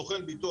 סוכן ביטוח,